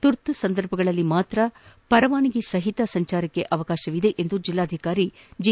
ತುರ್ತು ಸಂದರ್ಭಗಳಲ್ಲಿ ಮಾತ್ರ ಪರವಾನಗಿ ಸಹಿತ ಸಂಚರಿಸಲು ಅವಕಾಶವಿದೆ ಎಂದು ಜಿಲ್ಲಾಧಿಕಾರಿ ಜಿ